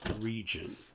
region